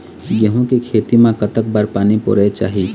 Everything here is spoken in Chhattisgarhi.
गेहूं के खेती मा कतक बार पानी परोए चाही?